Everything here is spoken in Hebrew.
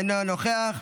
אינו נוכח,